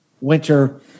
winter